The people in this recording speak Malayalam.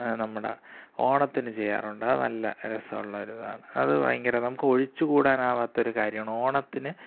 നമ്മുടെ ഓണത്തിന് ചെയ്യാറുണ്ട് അത് നല്ല രസമുള്ള ഒരു ഇതാണ് അത് ഭങ്കര നമുക്ക് ഒഴിച്ചുകൂടാനാവാത്ത ഒരു കാര്യമാണ് ഓണത്തിന്